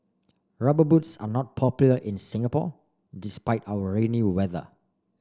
rubber boots are not popular in Singapore despite our rainy weather